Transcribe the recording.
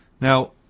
Now